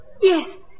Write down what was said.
Yes